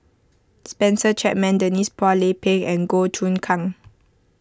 Spencer Chapman Denise Phua Lay Peng and Goh Choon Kang